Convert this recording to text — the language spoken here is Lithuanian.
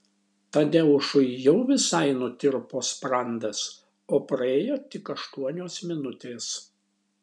tadeušui jau visai nutirpo sprandas o praėjo tik aštuonios minutės